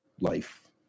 life